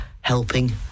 helping